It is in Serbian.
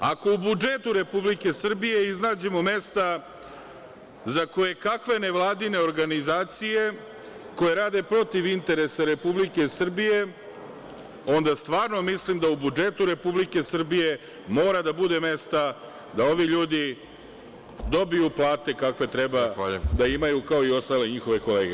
Ako u budžetu Republike Srbije iznađemo mesta za kojekakve nevladine organizacije, koje rade protiv interesa Republike Srbije, onda stvarno mislim da u budžetu Republike Srbije mora da bude mesta da ovi ljudi dobiju plate kakve treba da imaju, kao i ostale njihove kolege.